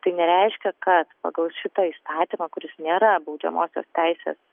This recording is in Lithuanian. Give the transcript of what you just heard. tai nereiškia kad pagal šitą įstatymą kuris nėra baudžiamosios teisės